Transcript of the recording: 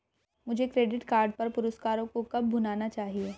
मुझे credit card पर पुरस्कारों को कब भुनाना चाहिए?